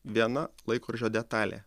viena laikrodžio detalė